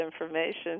information